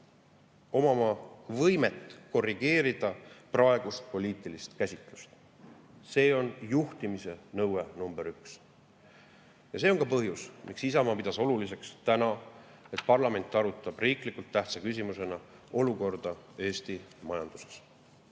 omama võimet korrigeerida praegust poliitilist käsitlust. See on juhtimise nõue nr 1. Ja see on ka põhjus, miks Isamaa pidas oluliseks, et parlament arutab täna riiklikult tähtsa küsimusena olukorda Eesti majanduses.